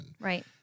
Right